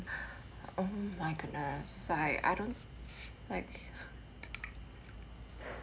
oh my goodness like I don't like